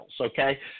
okay